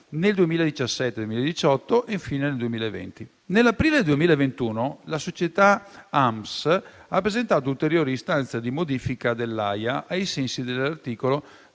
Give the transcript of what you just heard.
nel 2017-2018 e infine nel 2020. Nell'aprile del 2021 la società Aamps SpA ha presentato ulteriore istanza di modifica dell'AIA ai sensi dell'articolo